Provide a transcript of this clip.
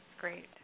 Great